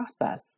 process